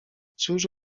cóż